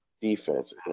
defense